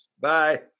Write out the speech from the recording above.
Bye